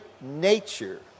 nature